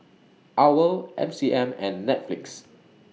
OWL M C M and Netflix